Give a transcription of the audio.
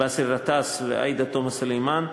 באסל גטאס ועאידה תומא סלימאן,